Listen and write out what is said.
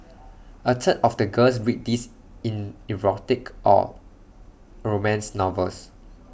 A third of the girls read these in erotic or romance novels